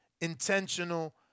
intentional